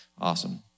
Awesome